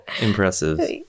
Impressive